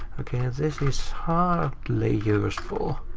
this is hardly useful.